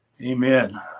Amen